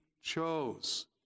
chose